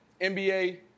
NBA